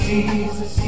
Jesus